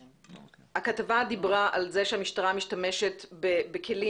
הכתבה דיברה על כך שהמשטרה משתמשת בכלים